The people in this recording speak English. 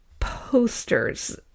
posters